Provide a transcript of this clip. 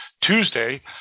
Tuesday